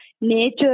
nature